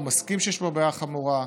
הוא מסכים שיש פה בעיה חמורה,